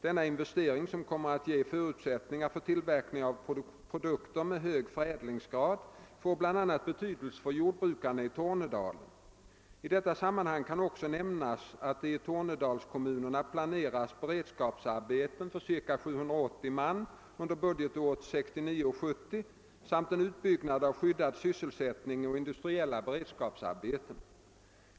Denna investering, som kommer att ge förutsättningar för tillverkning av produkter med högre förädlingsgrad, får bl.a. betydelse för jordbrukarna i Tornedalen. I detta sammanhang kan också nämnas att det i Tornedalskommunerna planeras beredskapsarbeten för ca 780 man under budgetåret 1969/70 samt en utbyggnad av skyddad sysselsättning och industriella beredskapsarbeten.